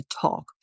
talk